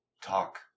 Talk